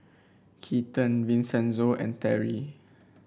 Keaton Vincenzo and Terri